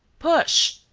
push!